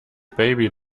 baby